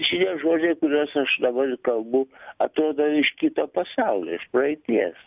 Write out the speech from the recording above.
šie žodžiai kuriuos aš dabar kalbu atrodo iš kito pasaulio iš praeities